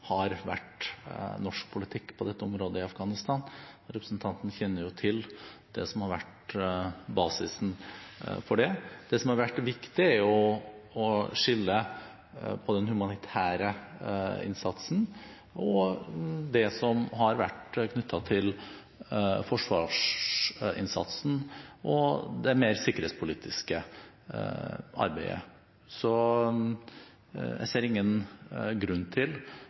har vært norsk politikk på dette området i Afghanistan. Representanten kjenner jo til det som har vært basisen for det. Det som har vært viktig, er å skille mellom den humanitære innsatsen og det som har vært knyttet til forsvarsinnsatsen og det mer sikkerhetspolitiske arbeidet. Jeg ser ingen grunn til